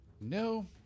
No